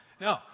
No